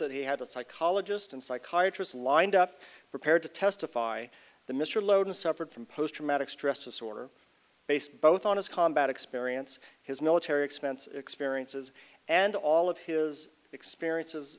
that he had a psychologist and psychiatrist lined up prepared to testify the mr lowden suffered from post traumatic stress disorder based both on his combat experience his military expense experiences and all of his experiences